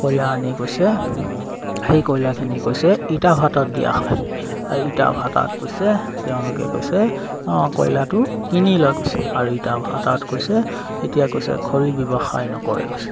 কলায়আনি কৈছে সেই কয়লাখিনি কৈছে ইটা ভাতাত দিয়া হয় ইটা ভাতাত কৈছে তেওঁলোকে কৈছে কয়লাটো কিনি লয় গৈছে আৰু ইটা ভাতাত কৈছে এতিয়া কৈছে খৰি ব্যৱসায় নকৰে কৈছে